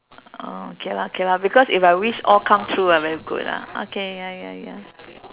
oh K lah K lah because if I wish all come true ah very good ah okay ya ya ya